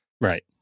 right